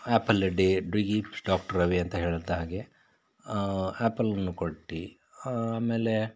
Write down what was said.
apple a day do gifts doctor away ಅಂತ ಹೇಳಿದ ಹಾಗೆ ಆ್ಯಪಲ್ಗಳನ್ನು ಕೊಟ್ಟು ಆಮೇಲೆ